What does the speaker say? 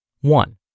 One